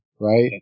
Right